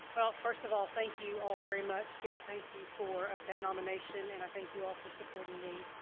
well, first of all thank you all very much. gabe thank you for that nomination and i thank you all for supporting me.